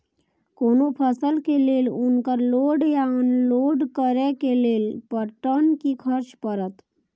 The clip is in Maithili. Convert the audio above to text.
कोनो फसल के लेल उनकर लोड या अनलोड करे के लेल पर टन कि खर्च परत?